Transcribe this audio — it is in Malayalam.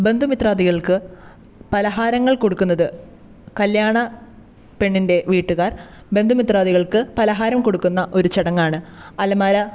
ബന്ധുമിത്രാദികൾക്ക് പലഹാരങ്ങൾ കൊടുക്കുന്നത് കല്യാണ പെണ്ണിൻറ്റെ വീട്ടുകാർ ബന്ധുമിത്രാദികൾക്ക് പലഹാരം കൊടുക്കുന്ന ഒരു ചടങ്ങാണ് അലമാര